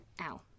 Ow